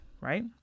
right